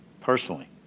Personally